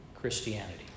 Christianity